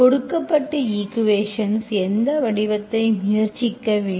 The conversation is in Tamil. கொடுக்கப்பட்ட ஈக்குவேஷன்ஸ் எந்த வடிவத்தை முயற்சிக்க வேண்டும்